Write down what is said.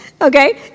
Okay